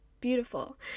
beautiful